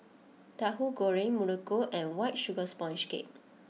Tauhu Goreng Muruku and White Sugar Sponge Cake